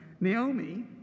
Naomi